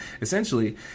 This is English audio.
essentially